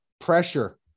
Pressure